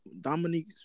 Dominique